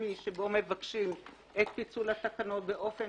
רשמי שבו מבקשים את פיצול התקנות באופן